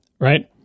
Right